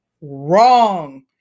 Wrong